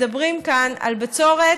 אנחנו מדברים כאן על בצורת,